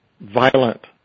violent